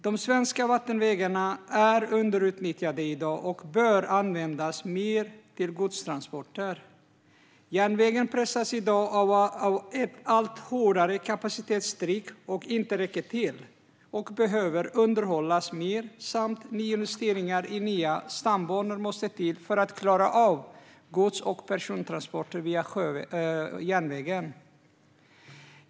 De svenska vattenvägarna är underutnyttjade i dag och bör användas mer till godstransporter. Järnvägen pressas i dag av ett allt hårdare kapacitetstryck och räcker inte till. Järnvägen behöver underhållas mer, och nyinvesteringar i nya stambanor måste till för att klara av gods och persontransporter via järnväg.